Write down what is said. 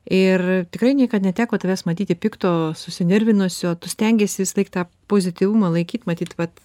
ir tikrai niekad neteko tavęs matyti pikto susinervinusio tu stengiesi visą laik tą pozityvumą laikyt matyt vat